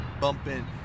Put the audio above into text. bumping